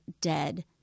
dead –